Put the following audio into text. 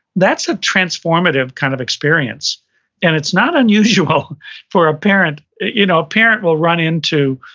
that's a transformative kind of experience and it's not unusual for a parent, you know a parent will run into,